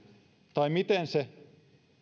tai siitä miten se